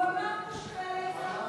מפה לא אמר שחיילי צה"ל רוצחים.